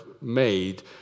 made